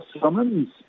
summons